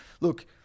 Look